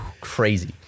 crazy